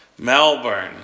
Melbourne